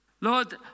Lord